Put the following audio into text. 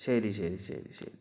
ശരി ശരി ശരി ശരി